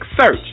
search